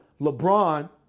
LeBron